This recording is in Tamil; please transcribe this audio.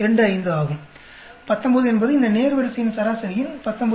25 ஆகும் 19 இது இந்த நேர்வரிசையின் சராசரியின் 19